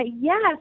Yes